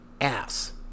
ass